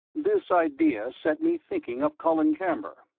this idea set me thinking of colin camber,